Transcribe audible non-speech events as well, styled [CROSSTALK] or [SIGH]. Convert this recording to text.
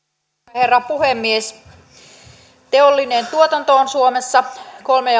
herra puhemies teollinen tuotanto on suomessa kolmen [UNINTELLIGIBLE]